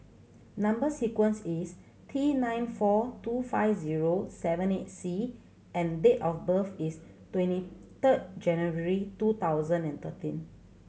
number sequence is T nine four two five zero seven eight C and date of birth is twenty third January two thousand and thirteen